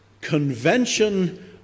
convention